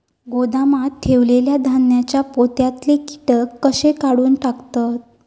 गोदामात ठेयलेल्या धान्यांच्या पोत्यातले कीटक कशे काढून टाकतत?